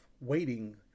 waiting